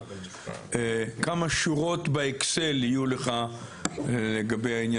כמה שורות באקסל יהיו לך לגבי העניין הזה?